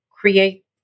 create